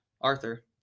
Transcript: Arthur